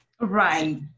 Right